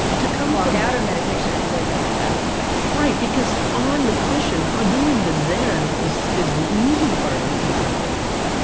to come, walk out of meditation and live out of that place right. because on the cushion, doing the zen is is the easy part of the contemplative life.